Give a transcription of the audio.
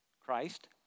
Christ